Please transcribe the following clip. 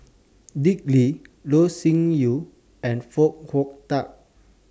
Dick Lee Loh Sin Yun and Foo Hong Tatt